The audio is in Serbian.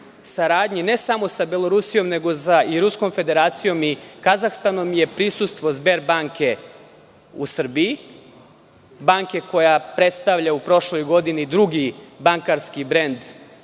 saradnja ne samo sa Belorusijom nego i Ruskom Federacijom i Kazahstanom, prisustvo „Zber banke“ u Srbiji, banke koja predstavlja u prošloj godini drugi bankarski brend